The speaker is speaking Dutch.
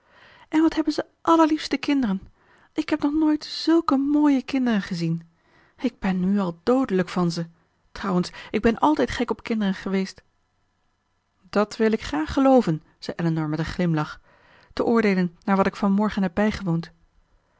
en wat hebben ze allerliefste kinderen ik heb nog nooit zulke mooie kinderen gezien ik ben nu al doodelijk van ze trouwens ik ben altijd gek op kinderen geweest dat wil ik graag gelooven zei elinor met een glimlach te oordeelen naar wat ik van morgen heb bijgewoond